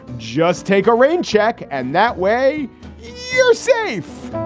just take a rain check and that way you're safe.